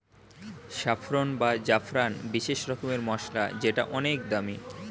saffron বা জাফরান বিশেষ রকমের মসলা যেটা অনেক দামি